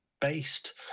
based